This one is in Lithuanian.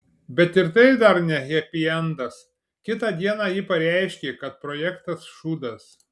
bet ir tai dar ne hepiendas kitą dieną ji pareiškė kad projektas šūdas